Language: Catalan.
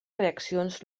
reaccions